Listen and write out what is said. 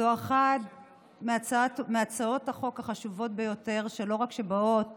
זאת אחת מהצעות החוק החשובות ביותר, שלא רק שבאות